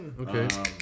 Okay